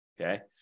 Okay